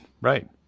Right